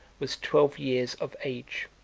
was twelve years of age.